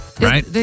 right